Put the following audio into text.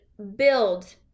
build